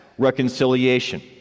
reconciliation